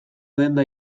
denda